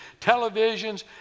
televisions